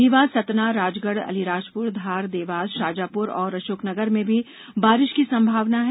रीवा सतना राजगढ़ अलीराजपुर धार देवास शाजापुर और अशोकनगर में भी बारिश की संभावना है